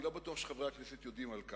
אני לא בטוח שחברי הכנסת יודעים על כך.